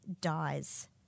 dies